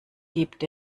gibt